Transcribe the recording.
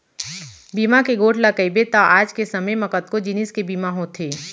बीमा के गोठ ल कइबे त आज के समे म कतको जिनिस के बीमा होथे